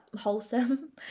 wholesome